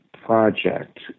project